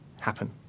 happen